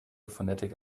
phonetic